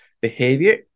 behavior